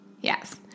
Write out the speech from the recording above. Yes